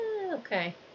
okay